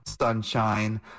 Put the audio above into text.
sunshine